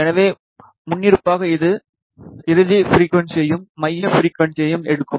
எனவே முன்னிருப்பாக இது இறுதி ஃபிரிக்குவன்ஸிகளையும் மைய ஃபிரிக்குவன்ஸியும் எடுக்கும்